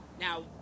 Now